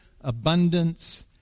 abundance